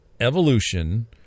Evolution